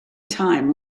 time